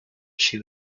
she